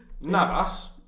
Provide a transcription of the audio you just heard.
Navas